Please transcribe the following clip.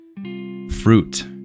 fruit